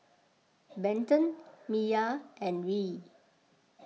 Benton Miya and Reed